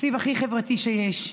תקציב הכי חברתי שיש.